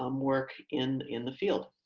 um work in in the field.